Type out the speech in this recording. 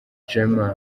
jammeh